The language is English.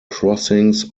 crossings